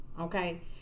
okay